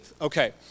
okay